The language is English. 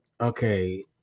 okay